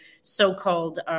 so-called